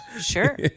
sure